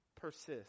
persist